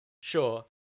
sure